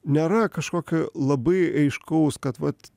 nėra kažkokio labai aiškaus kad vat